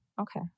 Okay